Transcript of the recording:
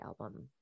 album